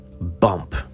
Bump